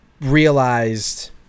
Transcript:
realized